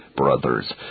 Brothers